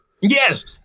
yes